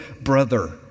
brother